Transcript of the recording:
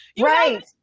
right